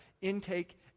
intake